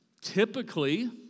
Typically